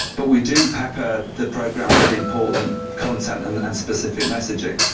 but we do pepper the program with important content and and specific messaging.